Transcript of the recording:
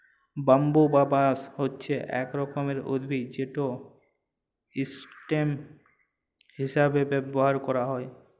bamboo বা বাঁশ হছে ইক রকমের উদ্ভিদ যেট ইসটেম হিঁসাবে ব্যাভার ক্যারা হ্যয়